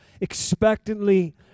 expectantly